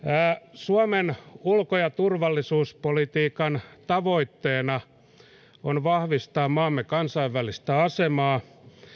suomen ulko ja turvallisuuspolitiikan tavoitteena on vahvistaa maamme kansainvälistä asemaa